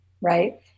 right